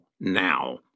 now